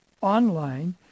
online